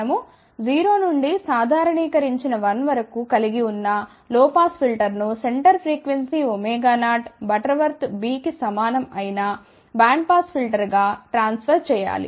మనము 0 నుండి సాధారణీకరించిన 1 వరకు కలిగి ఉన్న లో పాస్ ఫిల్టర్ను సెంటర్ ఫ్రీక్వెన్సీ 0 బ్యాండ్విడ్త్ B కి సమానం అయిన బ్యాండ్ పాస్ ఫిల్టర్ గా ట్రాన్స్ఫర్ చేయాలి